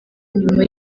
nyuma